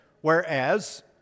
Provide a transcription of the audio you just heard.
whereas